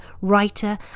writer